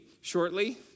shortly